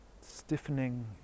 stiffening